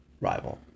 rival